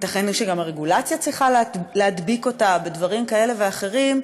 וייתכן שגם הרגולציה צריכה להדביק אותה בדברים כאלה ואחרים,